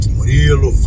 Murilo